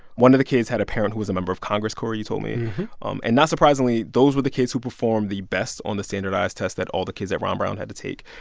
one of the kids had a parent who was a member of congress cory, you told me um and not surprisingly, those were the kids who performed the best on the standardized tests that all the kids at ron brown had to take.